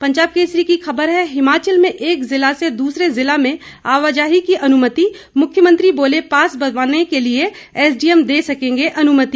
पंजाब केसरी की खबर है हिमाचल में एक जिला से दूसरे जिला में आवाजाही की अनुमति मुख्यमंत्री बोले पास बनवाने के लिये एसडीएम दे सकेंगे अनुमति